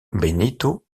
benito